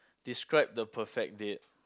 describe the perfect date